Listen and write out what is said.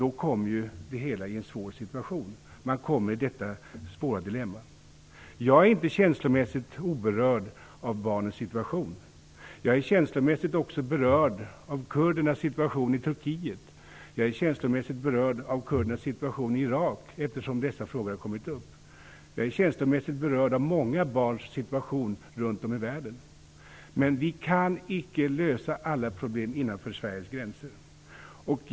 Då kommer man i detta svåra dilemma. Jag är inte känslomässigt oberörd av barnens situation. Jag vill, eftersom dessa frågor har kommit upp, också säga att jag är känslomässigt berörd av kurdernas situation i Turkiet liksom av kurdernas situation i Irak. Jag är känslomässigt berörd av många barns situation runt om i världen, men vi kan icke lösa alla problem innanför Sveriges gränser.